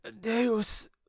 deus